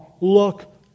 look